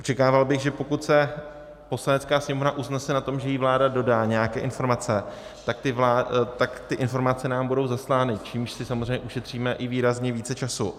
Očekával bych, že pokud se Poslanecká sněmovna usnese na tom, že jí vláda dodá nějaké informace, tak ty informace nám budou zaslány, čímž si samozřejmě ušetříme i výrazně více času.